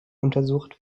untersucht